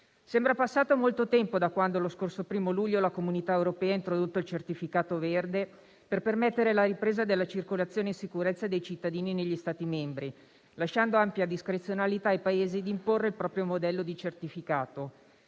Sembra passato molto tempo da quando, lo scorso 1° luglio, la comunità europea ha introdotto il certificato verde per permettere la ripresa della circolazione in sicurezza dei cittadini negli Stati membri, lasciando ampia discrezionalità ai Paesi di imporre il proprio modello di certificato.